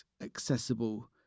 accessible